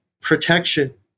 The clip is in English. protection